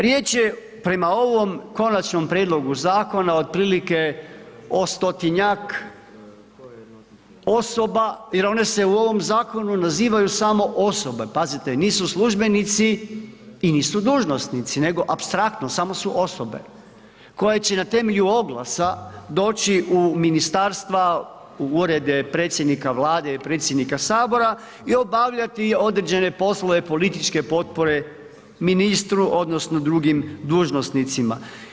Riječ je prema ovom konačnom prijedlogu zakona otprilike o 100-tinjak osoba jer one se u ovom zakonu nazivaju samo osobe, pazite, nisu službenici i nisu dužnosnici i nego apstraktno, samo su osobe koje će na temelju oglasa doći u ministarstva, u Urede predsjednika Vlade i predsjednika Sabora i obavljati određene poslove, političke potpore ministru, odnosno drugim dužnosnicima.